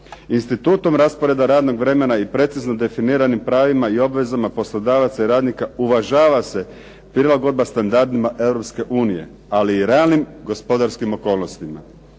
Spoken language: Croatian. Institutom rasporeda radnog vremena i precizno definiranim pravima i obvezama poslodavaca i radnika uvažava se prilagodba standardima Europske unije, ali i realnim gospodarskim okolnostima.